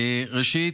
ראשית,